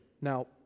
Now